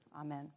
Amen